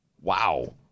Wow